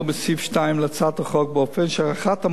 החוק באופן שהארכת המועד להגשת בקשה